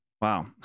Wow